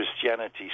Christianity